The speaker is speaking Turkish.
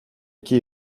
iki